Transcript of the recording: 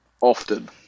Often